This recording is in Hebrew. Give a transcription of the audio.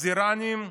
אז האיראנים,